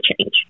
change